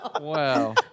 wow